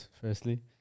firstly